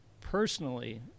personally